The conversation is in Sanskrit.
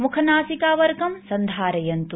मुखावरकं सन्धारयन्तु